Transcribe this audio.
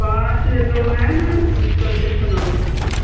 पाँच लोग हैं न कुछ कन्सेक्सन और कीजिए